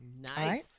Nice